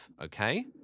Okay